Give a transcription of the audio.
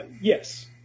yes